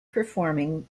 performing